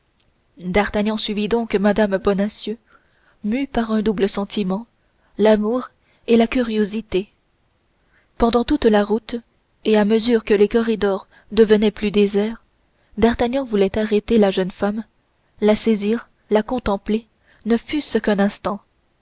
d'artagnan suivit donc mme bonacieux mû par un double sentiment l'amour et la curiosité pendant toute la route et à mesure que les corridors devenaient plus déserts d'artagnan voulait arrêter la jeune femme la saisir la contempler ne fûtce qu'un instant